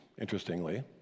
interestingly